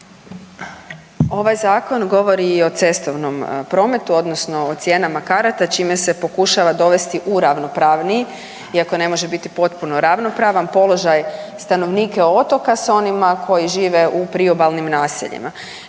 Ovaj zakon govori i o cestovnom prometu, odnosno o cijenama karata čime se pokušava dovesti u ravnopravniji, iako ne može biti potpuno ravnopravan položaj stanovnike otoka sa onima koji žive u priobalnim naseljima.